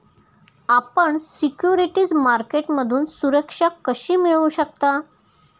आपण सिक्युरिटीज मार्केटमधून सुरक्षा कशी मिळवू शकता?